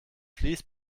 fleece